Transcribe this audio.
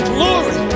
Glory